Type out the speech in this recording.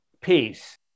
peace